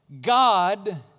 God